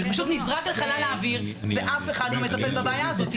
זה פשוט נזרק לחלל האוויר ואף אחד לא מטפל בבעיה הזאת.